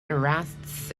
arrests